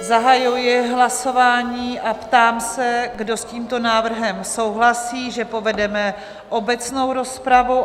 Zahajuji hlasování a ptám se, kdo s tímto návrhem souhlasí, že povedeme obecnou rozpravu?